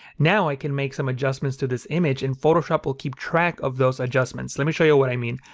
now i can make some adjustments to this image and photoshop will keep track of those adjustments. let me show you what i mean.